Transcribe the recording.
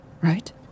right